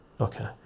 okay